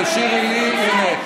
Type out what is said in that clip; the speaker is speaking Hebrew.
תשאירי לי לנהל.